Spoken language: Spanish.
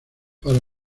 para